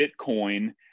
Bitcoin